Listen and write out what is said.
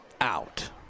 out